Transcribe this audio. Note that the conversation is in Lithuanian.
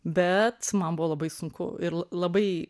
bet man buvo labai sunku ir la labai